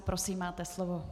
Prosím, máte slovo.